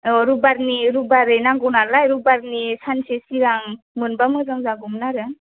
औ रबिबारनि रबिबारै नांगौ नालाय रबिबारनि सानसे सिगां मोनबा मोजां जागौमोन आरो